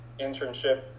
internship